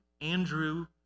Andrew